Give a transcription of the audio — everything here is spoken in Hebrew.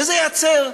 וזה ייעצר.